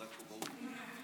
חזק וברוך.